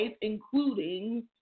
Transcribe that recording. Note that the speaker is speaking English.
including